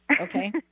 Okay